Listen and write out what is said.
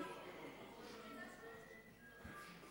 אתה